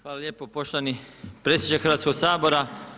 Hvala lijepo poštovani predsjedniče Hrvatskog sabora.